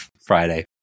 Friday